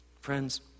Friends